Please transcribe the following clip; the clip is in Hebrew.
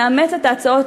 אני וכל סיעת העבודה,